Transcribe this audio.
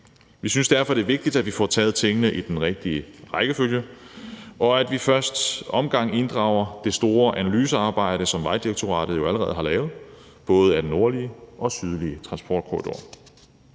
Vi synes derfor, det er vigtigt, at vi får taget tingene i den rigtige rækkefølge, og at vi i første omgang inddrager det store analysearbejde, som Vejdirektoratet jo allerede har lavet af både den nordlige og sydlige transportkorridor.